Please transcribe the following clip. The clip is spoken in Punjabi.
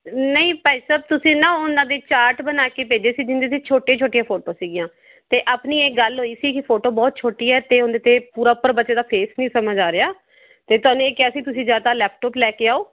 ਨਹੀਂ ਭਾਈ ਸਾਹਿਬ ਤੁਸੀਂ ਨਾ ਉਹਨਾਂ ਦੇ ਚਾਰਟ ਬਣਾ ਕੇ ਭੇਜੇ ਸੀ ਜਿਹਦੇ 'ਤੇ ਛੋਟੇ ਛੋਟੀਆਂ ਫੋਟੋ ਸੀਗੀਆਂ ਤਾਂ ਆਪਣੀ ਇਹ ਗੱਲ ਹੋਈ ਸੀ ਕਿ ਫੋਟੋ ਬਹੁਤ ਛੋਟੀ ਹੈ ਅਤੇ ਉਹਦੇ 'ਤੇ ਪਰੋਪਰ ਬੱਚੇ ਦਾ ਫੇਸ ਨਹੀਂ ਸਮਝ ਆ ਰਿਹਾ ਅਤੇ ਤੁਹਾਨੂੰ ਇਹ ਕਿਹਾ ਸੀ ਤੁਸੀਂ ਜਾਂ ਤਾਂ ਲੈਪਟੋਪ ਲੈ ਕੇ ਆਓ